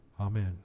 Amen